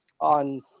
on